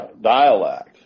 dialect